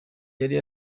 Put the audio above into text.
yari